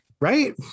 Right